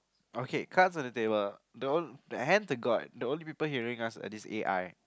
okay cards on the table the hand on god the only people hearing us is the A_I